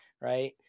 right